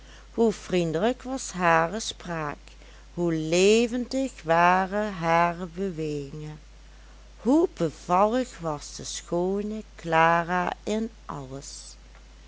hoe vriendelijk was hare spraak hoe levendig waren hare bewegingen hoe bevallig was de schoone clara in alles